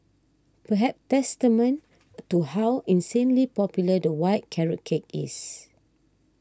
perhaps testament to how insanely popular the white carrot cake is